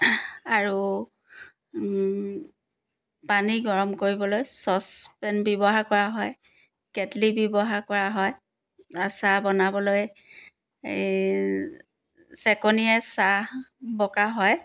আৰু পানী গৰম কৰিবলৈ ছচপেন ব্যৱহাৰ কৰা হয় কেটলি ব্যৱহাৰ কৰা হয় আৰু চাহ বনাবলৈ এই চেকনিৰে চাহ বকা হয়